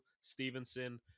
Stevenson